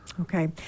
okay